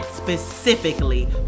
specifically